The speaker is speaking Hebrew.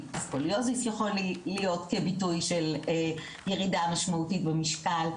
סקוליוזיס יכול להיות כביטוי של ירידה משמעותית במשקל,